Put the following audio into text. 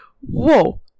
whoa